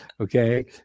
Okay